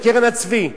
בקרן הצבי.